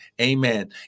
amen